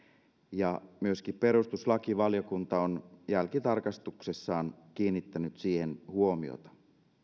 ja myöskin perustuslakivaliokunta on jälkitarkastuksessaan kiinnittänyt siihen huomiota